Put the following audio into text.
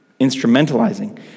instrumentalizing